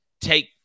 take –